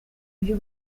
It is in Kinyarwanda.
ibyo